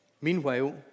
Meanwhile